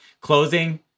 Closing